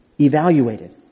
evaluated